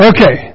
Okay